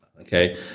Okay